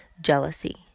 jealousy